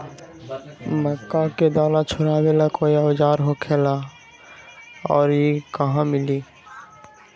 मक्का के दाना छोराबेला कोई औजार होखेला का और इ कहा मिली?